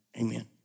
amen